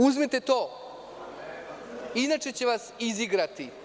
Uzmite to, inače će vas izigrati.